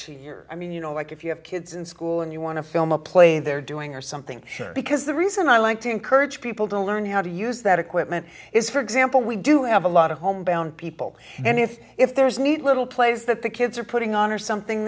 your i mean you know like if you have kids in school and you want to film a play they're doing or something because the reason i like to encourage people to learn how to use that equipment is for example we do have a lot of home bound people and if if there's neat little plays that the kids are putting on or something